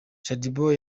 shadyboo